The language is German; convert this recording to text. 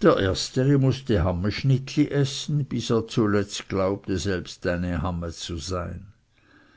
der erstere mußte hammeschnittli essen bis er zuletzt glaubte selbst eine hamme zu sein